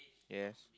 yes